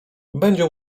będzie